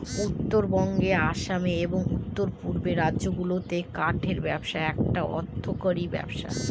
উত্তরবঙ্গে আসামে এবং উত্তর পূর্বের রাজ্যগুলাতে কাঠের ব্যবসা একটা অর্থকরী ব্যবসা